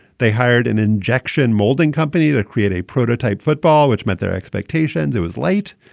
they hired an injection molding company to create a prototype football, which met their expectations. it was late,